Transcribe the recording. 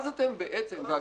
אגב,